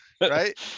Right